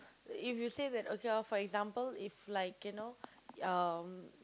if you say that okay loh for example if like you know um